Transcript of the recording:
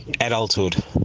adulthood